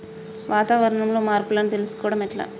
వాతావరణంలో మార్పులను తెలుసుకోవడం ఎట్ల?